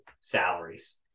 salaries